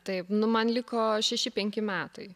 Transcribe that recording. taip nu man liko šeši penki metai